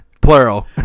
Plural